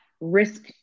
risk